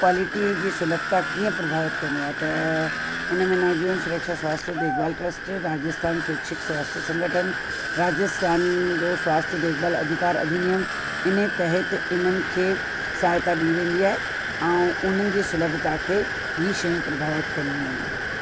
quality जी सुलभता कीअं प्रभावित कंदो आहे त इन में नवजीवन सुरक्षा स्वास्थ्य देखभाल ट्रस्ट राजस्थान स्वैच्छिक स्वास्थ्य संगठन राजस्थान जो स्वास्थ्य देखभाल अधिकारु अधिनियम इन तहत इन्हनि खे सहायता ॾई वेंदी आहे ऐं उन्हनि जे सुलभता खे हीउ शयूं प्रभावित कंदियूं आहिनि